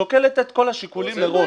היא שוקלת את כל השיקולים מראש.